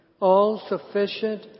all-sufficient